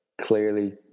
clearly